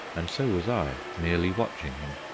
and so was i, merely watching him.